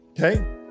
Okay